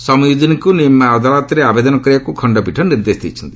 ସମିଓ୍ବିଦିନ୍ଙ୍କୁ ନିମ୍ନ ଅଦାଲତରେ ଆବେଦନ କରିବାକୁ ଖଣ୍ଡପୀଠ ନିର୍ଦ୍ଦେଶ ଦେଇଛନ୍ତି